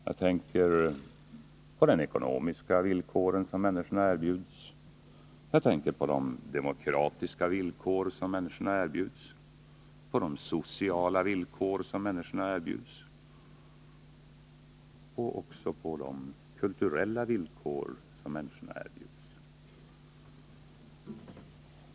Jag tänker på de ekonomiska villkor som människorna erbjuds, jag tänker på de demokratiska villkor som människorna erbjuds, på de sociala villkor som människorna erbjuds, och också på de kulturella villkor som människorna erbjuds.